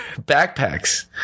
backpacks